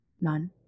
none